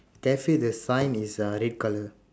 cafe the sign is uh red colour